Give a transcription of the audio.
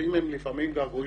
חופים הם לפעמים געגועים לנחל.